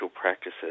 practices